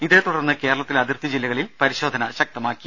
ഇതേതുടർന്ന് കേരളത്തിലെ അതിർത്തി ജില്ലകളിൽ പരിശോധന ശക്തമാക്കും